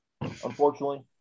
unfortunately